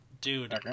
dude